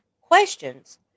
questions